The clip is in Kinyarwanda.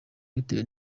bitewe